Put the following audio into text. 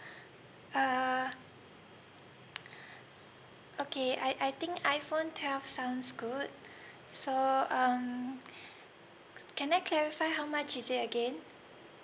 uh okay I I think iphone twelve sounds good so um can I clarify how much is it again